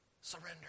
surrender